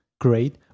Great